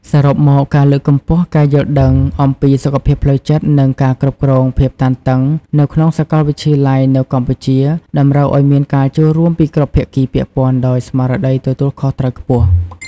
សរុបមក ការលើកកម្ពស់ការយល់ដឹងអំពីសុខភាពផ្លូវចិត្ត និងការគ្រប់គ្រងភាពតានតឹងនៅក្នុងសាកលវិទ្យាល័យនៅកម្ពុជាតម្រូវឱ្យមានការចូលរួមពីគ្រប់ភាគីពាក់ព័ន្ធដោយស្មារតីទទួលខុសត្រូវខ្ពស់។